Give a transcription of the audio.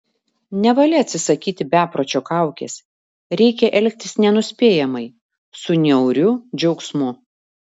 nevalia atsisakyti bepročio kaukės reikia elgtis nenuspėjamai su niauriu džiaugsmu